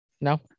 no